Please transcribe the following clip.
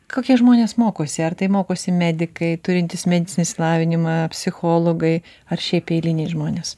kokie žmonės mokosi ar tai mokosi medikai turintys medicininį išsilavinimą psichologai ar šiaip eiliniai žmonės